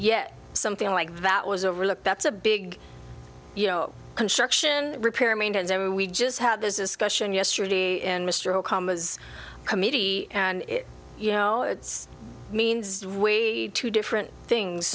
yet something like that was a really that's a big you know construction repair maintenance and we just had this discussion yesterday in mr obama's committee and it you know it's means weighed two different things